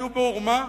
היו בעורמה,